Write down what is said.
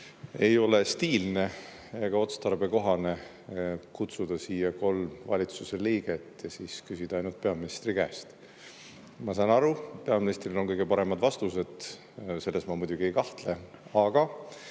ei ole stiilne ega otstarbekohane kutsuda siia kolm valitsuse liiget ja siis küsida ainult peaministri käest. Ma saan aru, peaministril on kõige paremad vastused, selles ma muidugi ei kahtle, aga